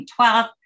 2012